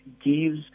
gives